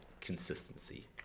consistency